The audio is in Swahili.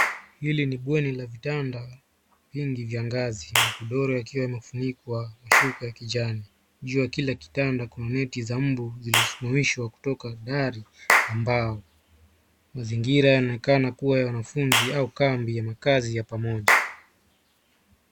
Hili ni bweni la vitanda vingi vya ngazi. Magodoro yakiwa yamefunikwa na shuka ya kijani. Juu ya kila kitanda kuna neti za mbu zilizosimamishwa kutoka dari ya mbao. Mazingira yanaonekana kuwa ya wanafunzi au kambi ya maakazi ya pamoja.